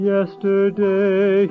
Yesterday